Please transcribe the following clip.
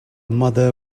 mother